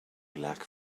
black